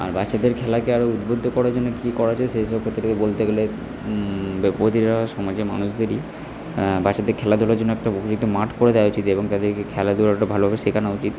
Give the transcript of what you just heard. আর বাচ্চাদের খেলাকে আরো উদ্বুদ্ধ করার জন্য কী করা যায় সেই সব ক্ষেত্রে বলতে গেলে প্রতিটা সমাজের মানুষদেরই বাচ্চাদের খেলাধূলার জন্য একটা উপযুক্ত মাঠ করে দেওয়া উচিত এবং তাদেরকে খেলাধূলাটা ভালো ভাবে শেখানো উচিত